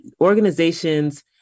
organization's